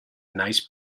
nice